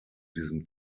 diesem